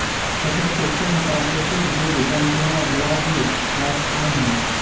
सतत कृषि में प्राकृतिक जीव जंतुओं ला भी स्थान हई